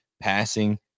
passing